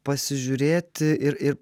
pasižiūrėti ir